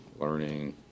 learning